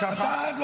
תרד.